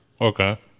Okay